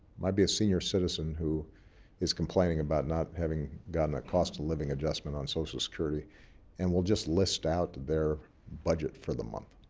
might be a senior citizen who is complaining about not having gotten a cost of living adjustment on social security and will just list out their budget for the month,